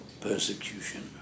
persecution